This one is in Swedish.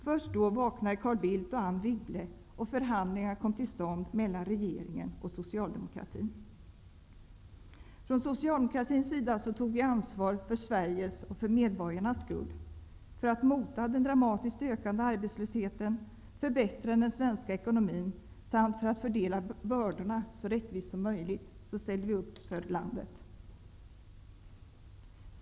Först då vaknade Carl Bildt och Anne Wibble, och förhandlingar kom till stånd mellan regeringen och socialdemokratin. Från socialdemokratins sida tog vi ansvar för Sveriges och för medborgarnas skull. För att mota den dramatiskt ökande arbetslösheten, förbättra den svenska ekonomin samt för att fördela bördorna så rättvist som möjligt ställde vi upp för att rädda landet.